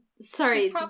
sorry